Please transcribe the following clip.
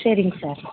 சரிங்க சார்